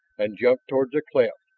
and jumped toward the cleft,